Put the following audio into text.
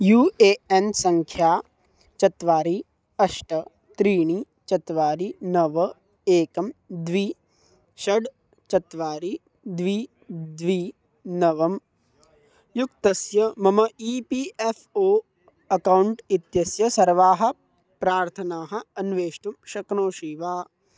you A N सङ्ख्या चत्वारि अष्ट त्रीणि चत्वारि नव एकं द्वे षट् चत्वारि द्वे द्वे नव युक्तस्य मम E P F O account इत्यस्य सर्वाः प्रार्थनाः अन्वेष्टुं शक्नोषि वा